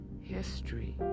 history